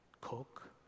cook